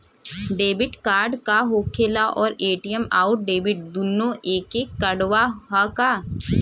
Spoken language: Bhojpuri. डेबिट कार्ड का होखेला और ए.टी.एम आउर डेबिट दुनों एके कार्डवा ह का?